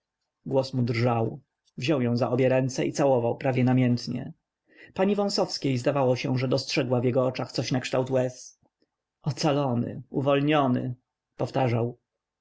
mu drżał wziął ją za obie ręce i całował prawie namiętnie pani wąsowskiej zdawało się że dostrzegła w jego oczach coś nakształt łez ocalony uwolniony powtarzał